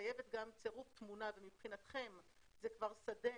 מחייבת גם צירוף תמונה ומבחינתכם זה כבר שדה